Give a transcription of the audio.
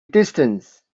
distance